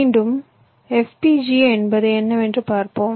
மீண்டும் FPGA என்பது என்னவென்று பார்ப்போம்